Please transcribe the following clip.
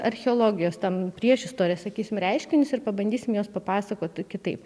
archeologijos tam priešistorę sakysim reiškinius ir pabandysim juos papasakoti kitaip